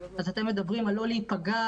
אז אתם מדברים על לא להיפגע,